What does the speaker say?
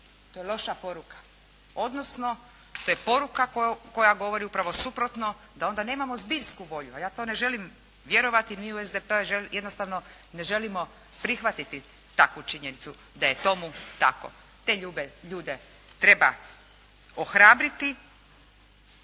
To je loša poruka, odnosno to je poruka koja govori upravo suprotno da onda nemamo zbiljsku volju, a ja to ne želim vjerovati. Mi u SDP-u jednostavno ne želimo prihvatiti takvu činjenicu da je tomu tako. Te ljude treba ohrabriti